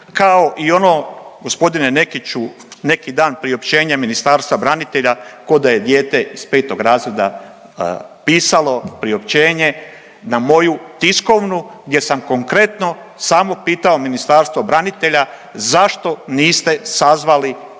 kao i ono g. Nekiću neki dan priopćenje Ministarstva branitelja ko da je dijete iz petog razreda pisalo priopćenje na moju tiskovnu gdje sam konkretno samo potio Ministarstvo branitelja zašto niste sazvali